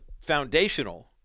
foundational